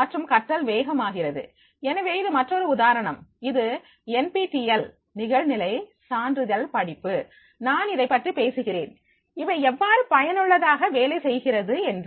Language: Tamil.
மற்றும் கற்றல் வேகம் ஆகிறது எனவே இது மற்றொரு உதாரணம் இது என் பிடி யல் நிகழ்நிலை சான்றிதழ் படிப்பு நான் இதைப் பற்றி பேசுகிறேன் இவை எவ்வாறு பயனுள்ளதாக வேலை செய்கிறது என்று